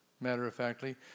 matter-of-factly